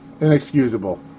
Inexcusable